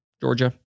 Georgia